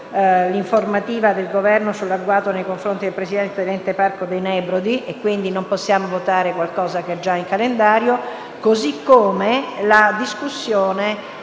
dell'informativa sull'agguato nei confronti del Presidente dell'ente Parco dei Nebrodi. E, quindi, non possiamo votare qualcosa che è già in calendario. Inoltre, anche la discussione